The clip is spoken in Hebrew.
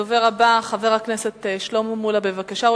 הדובר הבא, חבר הכנסת שלמה מולה, בבקשה.